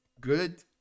good